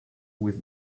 with